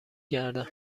گردم